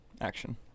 Action